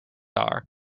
are